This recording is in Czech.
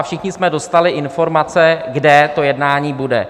Všichni jsme dostali informace, kde to jednání bude.